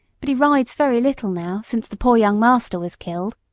but he rides very little now, since the poor young master was killed.